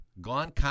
gone